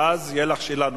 ואז תהיה לך שאלה נוספת.